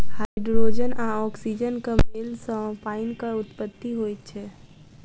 hydrogen आ औक्सीजनक मेल सॅ पाइनक उत्पत्ति होइत छै